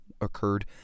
occurred